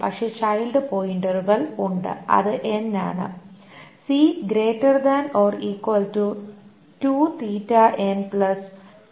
പക്ഷേ ചൈൽഡ് പോയിന്ററുകൾ ഉണ്ട് അത് ആണ്